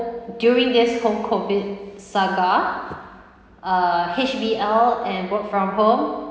during this whole COVID saga uh H_B_L and work from home